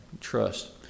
Trust